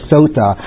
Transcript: Sota